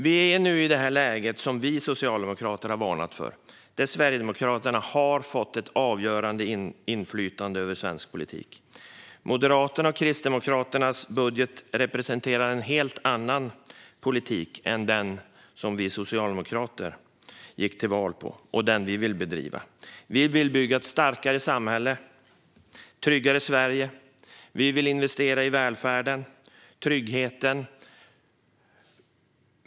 Vi är nu i det läge som vi socialdemokrater har varnat för, där Sverigedemokraterna har fått ett avgörande inflytande över svensk politik. Moderaternas och Kristdemokraternas budget representerar en helt annan politik än den vi socialdemokrater gick till val på och vill bedriva. Vi vill bygga ett starkare samhälle och ett tryggare Sverige och investera i välfärd och trygghet.